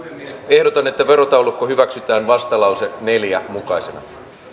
ehdotan että verotaulukko hyväksytään vastalauseen neljänä mukaisena